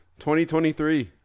2023